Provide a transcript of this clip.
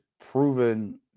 proven